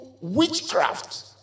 witchcraft